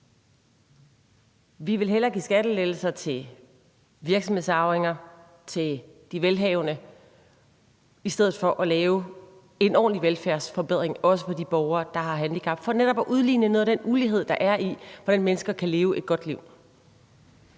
at vi hellere vil give skattelettelser til virksomhedsarvinger, til de velhavende, i stedet for at lave en ordentlig velfærdsforbedring, også for de borgere, der har handicap, for netop at udligne noget af den ulighed, der er i, hvordan mennesker kan leve et godt liv?